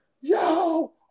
yo